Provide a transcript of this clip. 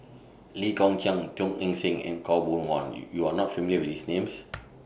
Lee Kong Chian Teo Eng Seng and Khaw Boon Wan YOU YOU Are not familiar with These Names